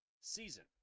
season